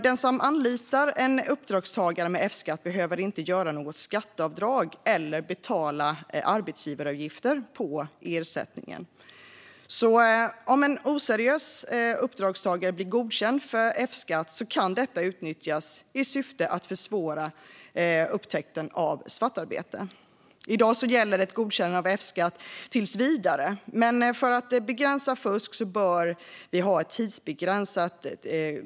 Den som anlitar en uppdragstagare med F-skatt behöver inte göra något skatteavdrag eller betala arbetsgivaravgifter på ersättningen. Om en oseriös uppdragstagare blir godkänd för F-skatt kan detta alltså utnyttjas i syfte att försvåra upptäckten av svartarbete. I dag gäller ett godkännande av F-skatt tills vidare, men för att begränsa fusk bör det tidsbegränsas.